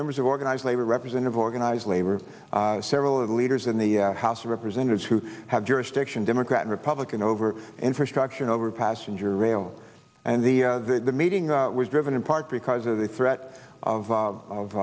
members of organized labor representative organized labor several of the leaders in the house of representatives who have jurisdiction democrat republican over infrastructure over passenger rail and the meeting was driven in part because of the threat of